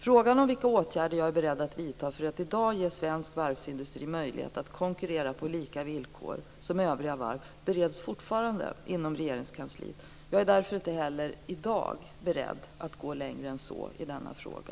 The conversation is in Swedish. Frågan om vilka åtgärder jag är beredd att vidta för att i dag ge svensk varvsindustri möjlighet att konkurrera på lika villkor som övriga varv bereds fortfarande inom Regeringskansliet. Jag är därför inte heller i dag beredd att gå längre än så i denna fråga.